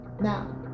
now